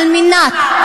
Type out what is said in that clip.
כי זה עוד מאותו הדבר.